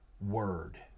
word